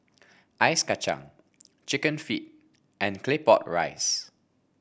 Ice Kacang chicken feet and Claypot Rice